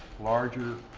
larger